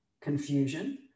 confusion